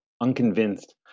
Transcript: Unconvinced